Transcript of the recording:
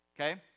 okay